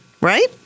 right